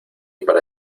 para